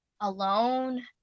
alone